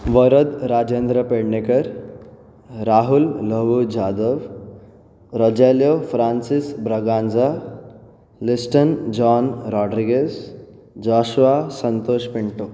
वरद राजेंद्र पेडणेकर राहुल नव जाधव रजाल्यो Francis Braganza Liston John Rodrigues Joshua Santosh Pinto